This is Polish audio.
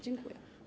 Dziękuję.